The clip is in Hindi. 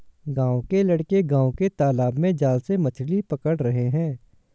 गांव के लड़के गांव के तालाब में जाल से मछली पकड़ रहे हैं